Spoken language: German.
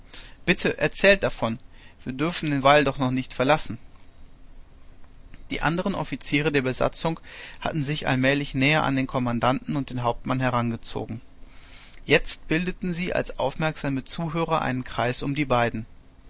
bitte erzählet davon wir dürfen den wall doch noch nicht verlassen die andern offiziere der besatzung hatten sich allmählich näher an den kommandanten und den hauptmann herangezogen jetzt bildeten sie als aufmerksame zuhörer einen kreis um die beiden